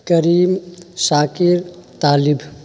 کریم شاکر طالب